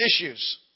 issues